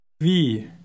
Wie